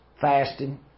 fasting